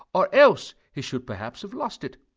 or else he should perhaps have lost it.